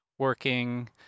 working